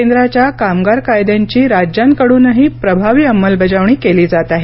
केंद्राच्या कामगार कायद्यांची राज्यांकडूनही प्रभावी अंमलबजावणी केली जात आहे